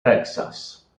texas